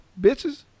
bitches